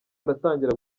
aratangira